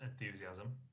enthusiasm